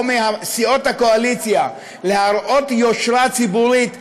מסיעות הקואליציה להראות יושרה ציבורית,